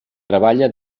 treballa